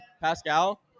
Pascal